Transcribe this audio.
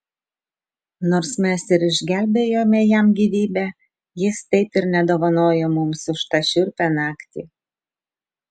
nors mes ir išgelbėjome jam gyvybę jis taip ir nedovanojo mums už tą šiurpią naktį